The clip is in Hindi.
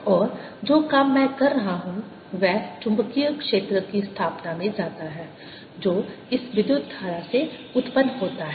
और जो काम मैं कर रहा हूं वह चुंबकीय क्षेत्र की स्थापना में जाता है जो इस विद्युत धारा से उत्पन्न होता है